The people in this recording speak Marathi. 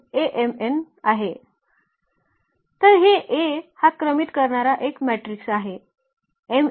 तर हे A हा क्रमित करणारा एक मॅट्रिक्स आहे